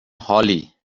hollie